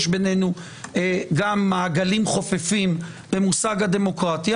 יש בינינו גם מעגלים חופפים במושג הדמוקרטיה.